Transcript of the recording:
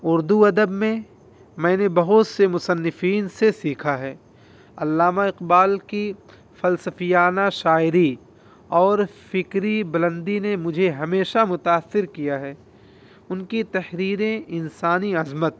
اردو ادب میں میں نے بہت سے مصنفین سے سیکھا ہے علامہ اقبال کی فلسفیانہ شاعری اور فکری بلندی نے مجھے ہمیشہ متاثر کیا ہے ان کی تحریریں انسانی عظمت